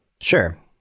Sure